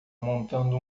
montando